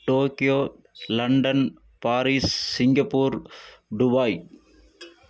Tokyo London Paris Singapore Dubai